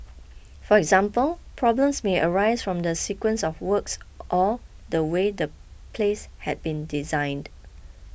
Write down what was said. for example problems may arise from the sequence of works or or the way the place has been designed